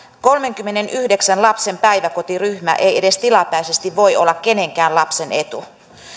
kolmenkymmenenyhdeksän lapsen päiväkotiryhmä ei edes tilapäisesti voi olla kenenkään lapsen etu